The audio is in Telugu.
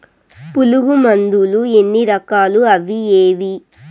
పులుగు మందులు ఎన్ని రకాలు అవి ఏవి?